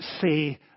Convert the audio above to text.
say